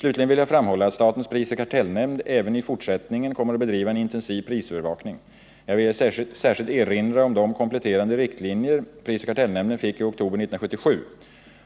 Slutligen vill jag framhålla att statens prisoch kartellnämnd även i att hejda prisstegringarna fortsättningen kommer att bedriva en intensiv prisövervakning. Jag vill här särskilt erinra om de kompletterande riktlinjer prisoch kartellnämnden fick i oktober 1977,